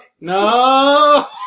no